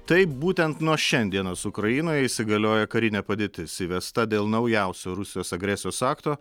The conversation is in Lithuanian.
taip būtent nuo šiandienos ukrainoje įsigalioja karinė padėtis įvesta dėl naujausio rusijos agresijos akto